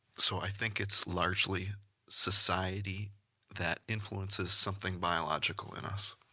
so i think it's largely society that influences something biological in us.